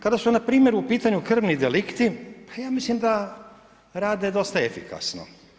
Kada su na primjer u pitanju krvni delikti pa ja mislim da rade dosta efikasno.